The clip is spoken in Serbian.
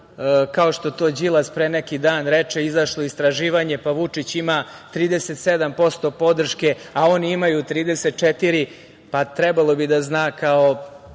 kao što to Đilas pre neki dan reče, izašlo istraživanje, pa Vučić ima 37% podrške, a oni imaju 34%, pa trebalo bi da zna, hajde